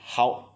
好